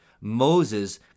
Moses